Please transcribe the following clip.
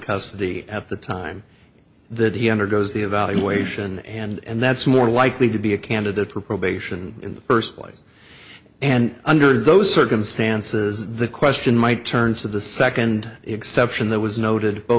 custody at the time that he undergoes the evaluation and that's more likely to be a candidate for probation in the first place and under those circumstances the question might turn to the second exception that was noted